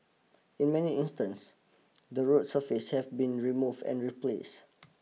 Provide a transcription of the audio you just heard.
in many instance the road surfaces have been remove and replace